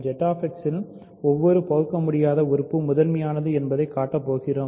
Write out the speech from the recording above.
ZX இன் ஒவ்வொரு பாகுக்கா முடியாத உறுப்பு முதன்மையானது என்பதைக் காட்டப் போகிறோம்